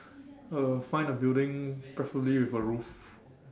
uh find a building preferably with a roof